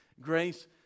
grace